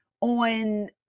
on